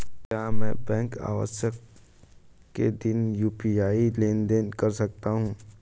क्या मैं बैंक अवकाश के दिन यू.पी.आई लेनदेन कर सकता हूँ?